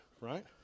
right